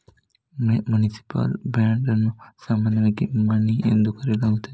municipal bond ಅನ್ನು ಸಾಮಾನ್ಯವಾಗಿ money ಎಂದು ಕರೆಯಲಾಗುತ್ತದೆ